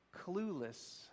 clueless